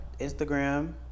Instagram